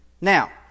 Now